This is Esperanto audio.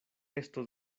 estos